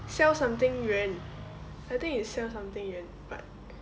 消 something 员 I think it's 消 something 员 but